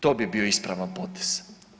To bi bio ispravan potez.